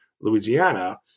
Louisiana